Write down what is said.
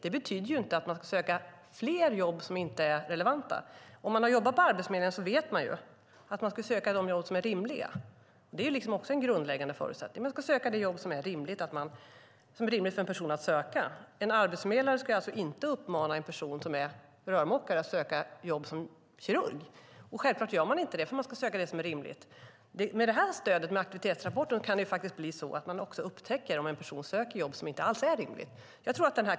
Det betyder inte att de ska söka fler jobb som inte är relevanta. Om man har jobbat på Arbetsförmedlingen vet man att människor ska söka de jobb som är rimliga. Det är också en grundläggande förutsättning. De ska söka de jobba som det är rimligt för en person att söka. En arbetsförmedlare ska inte uppmana en person som är rörmokare att söka jobb som kirurg. Själklart gör man inte det. Människor ska söka det som är rimligt. Med aktivitetsrapporten kan det bli så att man upptäcker om en person söker jobb som inte är rimliga.